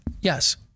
Yes